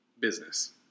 business